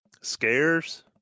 Scares